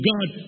God